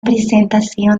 presentación